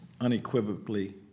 unequivocally